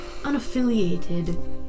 unaffiliated